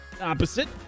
opposite